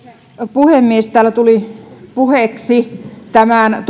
puhemies täällä tuli puheeksi tämän